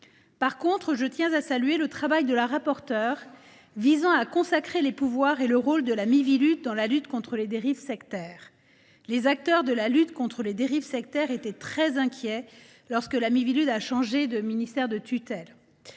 revanche, je salue le travail de la rapporteure visant à consacrer les pouvoirs et le rôle de la Miviludes dans la lutte contre les dérives sectaires. Les acteurs de cette lutte étaient très inquiets lorsque la Miviludes a changé de ministère de tutelle.